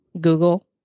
Google